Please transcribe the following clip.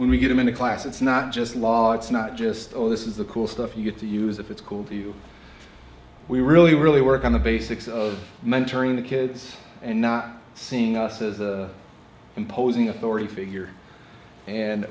when we get them in a class it's not just law it's not just oh this is the cool stuff you get to use if it's cool to you we really really work on the basics of mentoring the kids and not seeing us as a imposing authority figure and